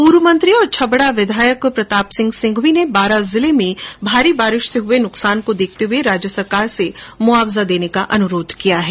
पूर्व मंत्री और छबड़ा विधायक प्रताप सिंह सिंघवी ने बारां जिले में भारी बारिश से हुये नुकसान को देखते हुये राज्य सरकार से मुआवजा देने का अनुरोध किया है